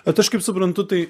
bet aš kaip suprantu tai